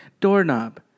doorknob